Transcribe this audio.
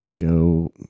Go